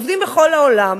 עובדים בכל העולם.